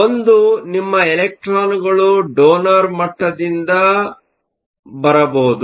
ಒಂದು ನಿಮ್ಮ ಎಲೆಕ್ಟ್ರಾನ್ಗಳು ಡೋನರ್ ಮಟ್ಟದಿಂದ ಬರಬಹುದು